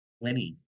plenty